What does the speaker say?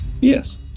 Yes